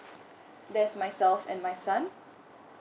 that's myself and my son